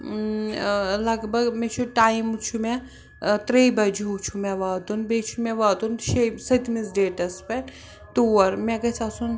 لَگ بَگ مےٚ چھُ ٹایم چھُ مےٚ ترٛیٚیہِ بَجہِ ہیوٗ چھُ مےٚ واتُن بیٚیہِ چھُ مےٚ واتُن شے سٔتمِس ڈیٹَس پٮ۪ٹھ تور مےٚ گَژھِ آسُن